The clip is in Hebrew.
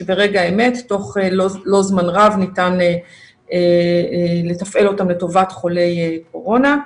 שברגע האמת תוך לא זמן רב ניתן לתפעל אותן לטובת חולי קורונה.